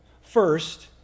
First